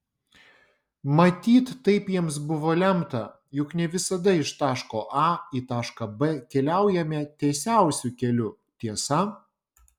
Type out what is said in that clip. matyt taip jiems buvo lemta juk ne visada iš taško a į tašką b keliaujame tiesiausiu keliu tiesa